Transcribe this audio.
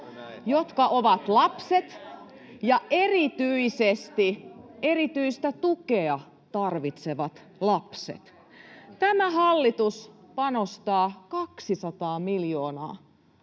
joita ovat lapset ja erityisesti erityistä tukea tarvitsevat lapset. Tämä hallitus panostaa 200 miljoonaa